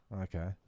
Okay